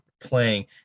playing